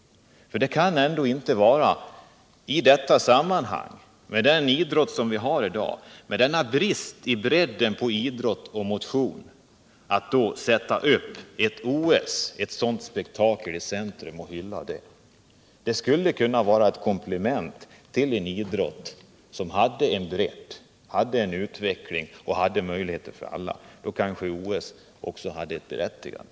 För det kan väl ändå inte i dessa sammanhang — med den idrott som vi har i dag, med dess brist i bredden när det gäller såväl idrott som motion — vara lämpligt att ställa till med ett sådant OS-spektakel och att sätta det i centrum och hylla det? Möjligen skulle det kunna vara ett komplement till en utvecklad idrott, som kunde ge möjligheter för alla — då kanske också OS hade ett berättigande.